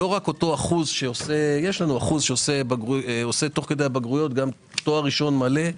לא רק יש לנו אותו אחוז שעושה תוך כדי הבגרויות גם תואר ראשון מלא.